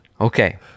Okay